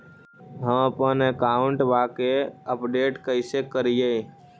हमपन अकाउंट वा के अपडेट कैसै करिअई?